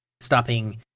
stopping